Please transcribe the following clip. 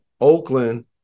Oakland